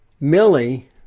Millie